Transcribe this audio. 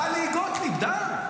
טלי גוטליב, די.